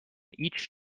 each